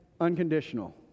unconditional